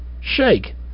shake